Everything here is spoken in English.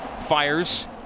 Fires